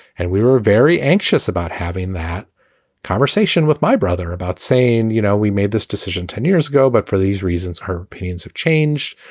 and we were very anxious about having that conversation with my brother, about saying, you know, we made this decision ten years ago. but for these reasons, her opinions have changed.